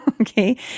Okay